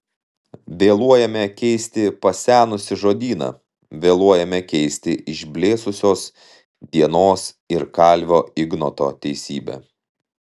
vėluojame keisti pasenusį žodyną vėluojame keisti išblėsusios dienos ir kalvio ignoto teisybę